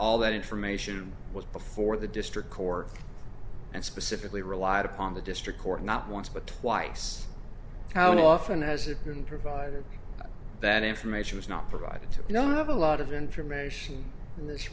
all that information was before the district corps and specifically relied upon the district court not once but twice how often has it been provided that information was not provided to you don't have a lot of information in this